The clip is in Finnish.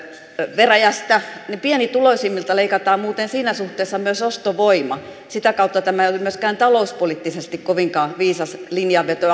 veräjästä niin pienituloisimmilta leikataan muuten siinä suhteessa myös ostovoima sitä kautta tämä ei ole myöskään talouspoliittisesti kovinkaan viisas linjanveto